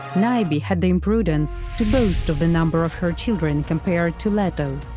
niobe had the imprudence to boast of the number of her children compared to leto.